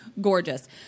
gorgeous